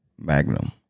magnum